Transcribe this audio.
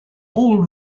all